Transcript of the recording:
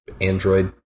Android